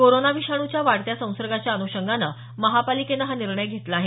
corona विषाणूच्या वाढत्या संसर्गाच्या अनुषंगानं महापालिकेनं हा निर्णय घेतला आहे